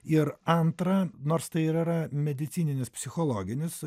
ir antra nors tai ir yra medicininis psichologinis